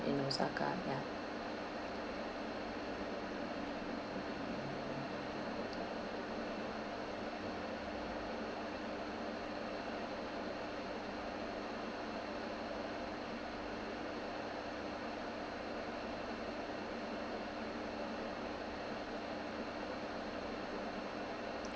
in osaka ya